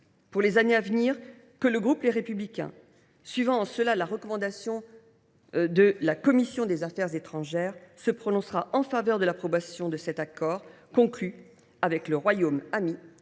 pour les années à venir que le groupe Les Républicains, suivant en cela la recommandation de la commission des affaires étrangères, se prononcera en faveur de l’approbation de cet accord conclu avec le royaume ami